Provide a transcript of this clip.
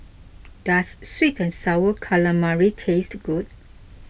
does Sweet and Sour Calamari taste good